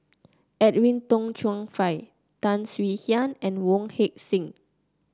Edwin Tong Chun Fai Tan Swie Hian and Wong Heck Sing